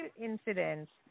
incidents